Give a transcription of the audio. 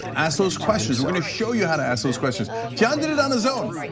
ask those questions. we're going to show you how to ask those questions. john did it on his own.